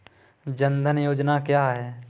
जनधन योजना क्या है?